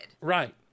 Right